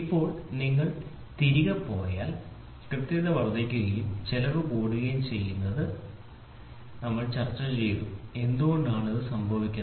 ഇപ്പോൾ നിങ്ങൾ ഇന്ന് തിരികെ പോയാൽ കൃത്യത വർദ്ധിക്കുകയും ചെലവ് കൂടുകയും ചെയ്യുന്നത് നമ്മൾ ചർച്ചചെയ്തു എന്തുകൊണ്ടാണ് അത് സംഭവിക്കുന്നത്